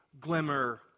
glimmer